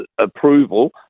approval